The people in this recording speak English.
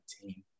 team